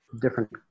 different